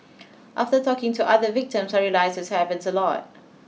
after talking to other victims I realised this happens a lot